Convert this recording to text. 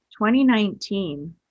2019